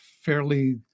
fairly